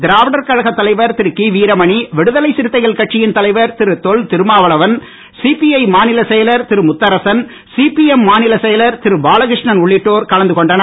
திராவிடர் கழகத்தலைவர் திரு கி வீரமணி விடுதலைச் சிறுத்தைகள் கட்சியின் தலைவர் திரு தொல் திருமாவளவன் சிபிஐ மாநிலச் செயலர் திரு முத்தரசன் சிபிஎம் மாநிலச் செயலர் திரு பாலகிருஷ்ணன் உள்ளிட்டோர் கலந்து கொண்டனர்